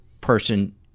person